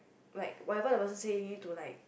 like whatever the person say to like